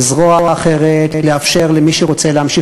בזרוע אחרת לאפשר למי שרוצה להמשיך